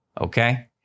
Okay